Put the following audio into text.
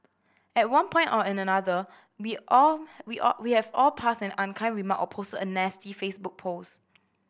at one point or another we all we all we have all passed an unkind remark or posted a nasty Facebook post